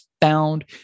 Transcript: found